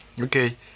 okay